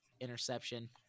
interception